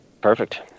Perfect